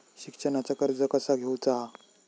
शिक्षणाचा कर्ज कसा घेऊचा हा?